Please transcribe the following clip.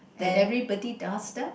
and everybody does that